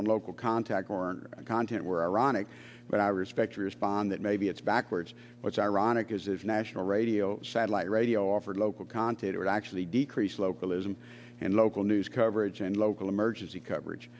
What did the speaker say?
on local contact warner content were ironic but i respect respond that maybe it's backwards what's ironic is if national radio satellite radio offer local content would actually decrease localism and local news coverage and local emergency coverage